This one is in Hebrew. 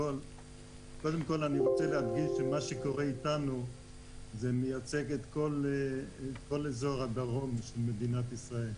אני רוצה להגיד שמה שקורה איתנו מייצג את כל אזור הדרום של מדינת ישראל.